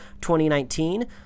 2019